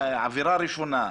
עבירה ראשונה,